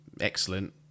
excellent